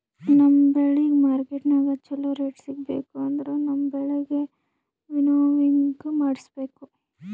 ನಮ್ ಬೆಳಿಗ್ ಮಾರ್ಕೆಟನಾಗ್ ಚೋಲೊ ರೇಟ್ ಸಿಗ್ಬೇಕು ಅಂದುರ್ ನಮ್ ಬೆಳಿಗ್ ವಿಂನೋವಿಂಗ್ ಮಾಡಿಸ್ಬೇಕ್